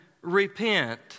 repent